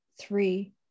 three